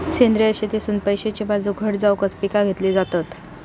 सेंद्रिय शेतीतसुन पैशाची बाजू घट जावकच पिका घेतली जातत